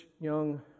young